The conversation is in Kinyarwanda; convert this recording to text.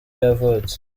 yavutse